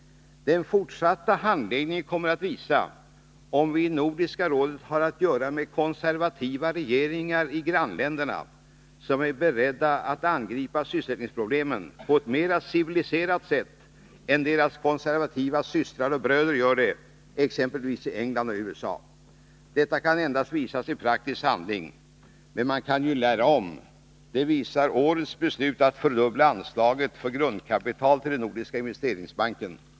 Den fortsatta handläggningen kommer att visa, om vi i Nordiska rådet har att göra med konservativa regeringar i grannländerna som är beredda att angripa sysselsättningsproblemen på ett mera civiliserat sätt än deras konservativa systrar och bröder gör det exempelvis i England och USA. Detta kan endast visas i praktisk handling. Men man kan ju lära om. Det visar årets beslut att fördubbla anslaget för grundkapital till Nordiska investeringsbanken.